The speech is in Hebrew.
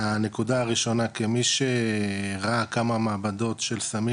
הנקודה הראשונה כמי שראה כמה מעבדות של סמים